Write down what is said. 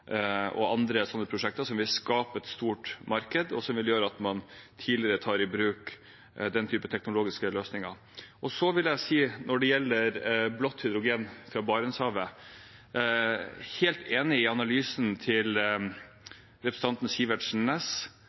og andre sånne prosjekter, som vil skape et stort marked, og som vil gjøre at man tidligere tar i bruk den typen teknologiske løsninger. Og når det gjelder blått hydrogen fra Barentshavet: Jeg er helt enig i analysen til representanten Sivertsen